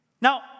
Now